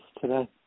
today